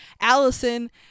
allison